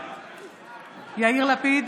יאיר לפיד,